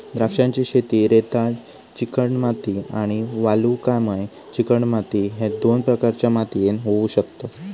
द्राक्षांची शेती रेताळ चिकणमाती आणि वालुकामय चिकणमाती ह्य दोन प्रकारच्या मातीयेत होऊ शकता